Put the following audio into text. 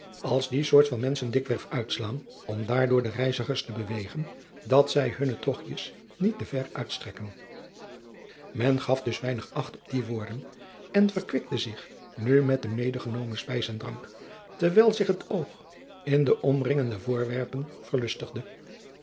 als die soort van menschen dikwerf uitslaan om daardoor de reizigers te bewegen dat zij hunne togtjes niet te ver uitstrekken men gaf dus weinig acht op die woorden en verkwikte zich nu met de medegenomen spijs en drank terwijl zich het oog in de omringende voorwerpen verlustigde